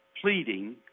pleading